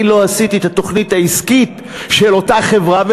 אני לא עשיתי את התוכנית העסקית של אותה חברה,